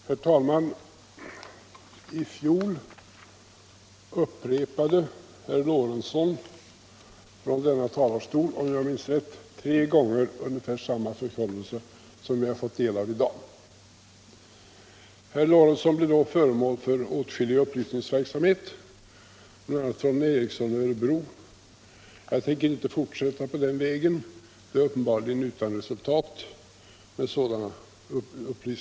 Herr talman! I fjol upprepade herr Lorentzon från denna talarstol — om jag minns rätt — tre gånger ungefär samma förkunnelse som vi har fått del av i dag. Herr Lorentzon blev då föremål för åtskillig upplysningsverksamhet, bl.a. från herr Ericson i Örebro, men uppenbarligen utan resultat.